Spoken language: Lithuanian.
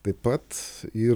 taip pat ir